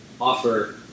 offer